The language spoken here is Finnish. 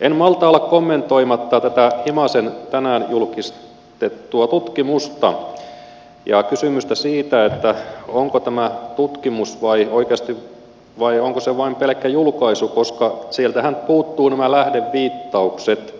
en malta olla kommentoimatta tätä himasen tänään julkistettua tutkimusta ja kysymystä siitä onko tämä tutkimus vai onko se vain pelkkä julkaisu koska sieltähän puuttuvat nämä lähdeviittaukset